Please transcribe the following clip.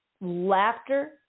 laughter